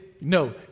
no